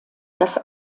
das